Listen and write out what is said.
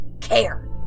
care